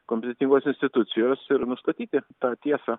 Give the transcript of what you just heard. kompetentingos institucijos ir nustatyti tą tiesą